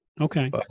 Okay